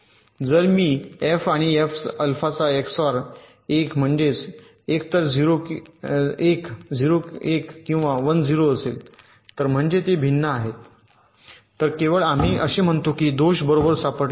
तर जर मी f आणि f अल्फाचा XOR 1 म्हणजेच म्हणजे एकतर 0 1 किंवा 1 0 असेल तर म्हणजे ते भिन्न आहेत तर केवळ आम्ही असे म्हणतो की दोष बरोबर सापडला आहे